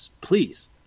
Please